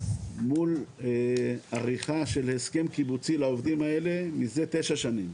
מול עריכה של הסכם קיבוצי לעובדים האלה מזה תשע שנים.